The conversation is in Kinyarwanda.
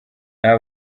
nta